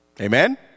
Amen